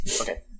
Okay